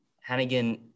Hannigan